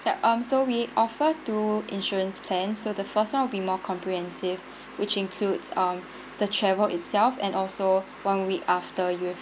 that um so we offer two insurance plan so the first one will be more comprehensive which includes um the travel itself and also one week after you've